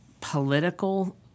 political